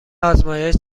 آزمایش